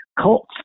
cult